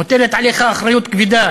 מוטלת עליך אחריות כבדה.